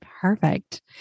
perfect